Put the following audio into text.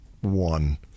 one